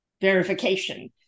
verification